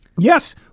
Yes